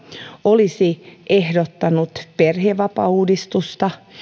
olisi ehdottanut perhevapaauudistusta